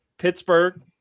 Pittsburgh